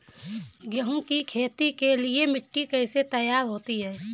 गेहूँ की खेती के लिए मिट्टी कैसे तैयार होती है?